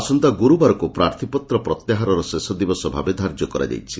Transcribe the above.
ଆସନ୍ତା ଗୁରୁବାରକୁ ପ୍ରାର୍ଥୀପତ୍ର ପ୍ରତ୍ୟାହାରର ଶେଷ ଦିବସ ଭାବେ ଧାର୍ଯ୍ୟ କରାଯାଇଛି